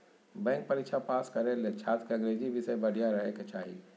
bank परीक्षा pass करे ले छात्र के अंग्रेजी विषय बढ़िया रहे के चाही